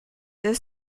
the